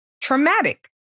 traumatic